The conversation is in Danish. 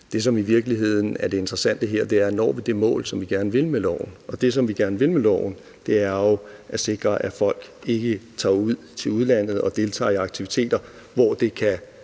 Det, som i virkeligheden er det interessante her, er, om vi når det mål, som vi gerne vil nå med loven. Det, som vi jo gerne vil med loven, er at sikre, at folk ikke tager til udlandet og deltager i aktiviteter, hvor det kan